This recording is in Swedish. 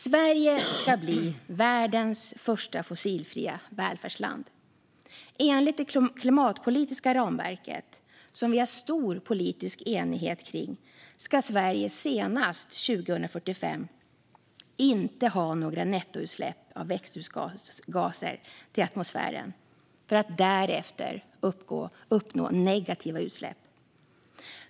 Sverige ska bli världens första fossilfria välfärdsland. Enligt det klimatpolitiska ramverket, som vi har en stor politisk enighet kring, ska Sverige senast 2045 inte ha några nettoutsläpp av växthusgaser till atmosfären för att därefter uppnå negativa utsläpp.